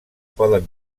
poden